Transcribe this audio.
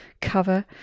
cover